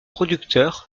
producteur